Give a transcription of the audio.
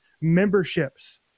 memberships